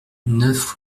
neuf